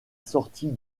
sortie